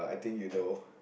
think you know